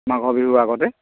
মাঘৰ বিহুৰ আগতে